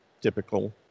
Typical